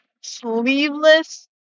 sleeveless